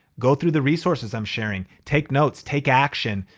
go through the resources i'm sharing. take notes, take action.